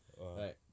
Right